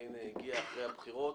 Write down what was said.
והנה הגיע אחרי הבחירות